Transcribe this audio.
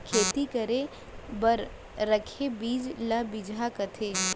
खेती करे बर रखे बीज ल बिजहा कथें